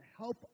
help